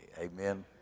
Amen